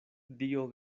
dio